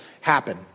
happen